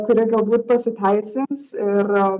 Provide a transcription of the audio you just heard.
kuri galbūt pasiteisins ir